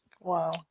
Wow